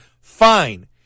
Fine